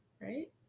right